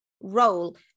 role